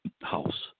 house